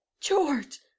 George